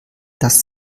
das